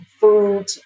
food